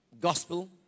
gospel